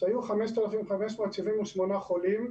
כשהיו 5,578 חולים,